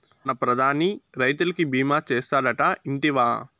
మన ప్రధాని రైతులకి భీమా చేస్తాడటా, ఇంటివా